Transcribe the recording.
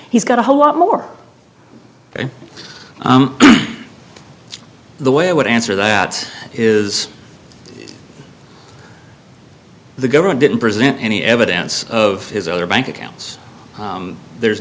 he's got a whole lot more the way i would answer that is the government didn't present any evidence of his other bank accounts there